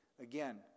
Again